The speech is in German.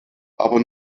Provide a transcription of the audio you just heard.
aber